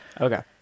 okay